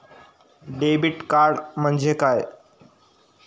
Debit card म्हणजे काय?